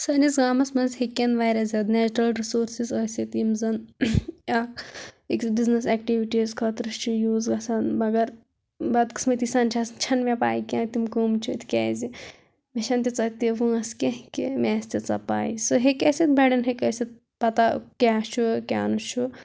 سٲنِس گامَس منٛز ہٮ۪کن واریاہ زیادٕ نیچرَل رِسورسِز ٲسِتھ یِم زَن اکھ أکِس بِزنٮ۪س ایٚکٹِیوٹِیَس خٲطرٕ چھِ یوٗز گژھان مگر بدقسمتی سان چھَس چھَنہٕ مےٚ پاے کیٚنٛہہ تِم کٕم چھِ تِکیٛازِ مےٚ چھَنہٕ تِیٖژہ تہِ وٲنس کیٚنٛہہ کہ مےٚ آسہِ تیٖژہ پاے سُہ ہٮ۪کہِ ٲسِتھ بَڈٮ۪ن ہٮ۪کہِ ٲسِتھ پتا کیٛاہ چھُ کیٛاہ نہٕ چھُ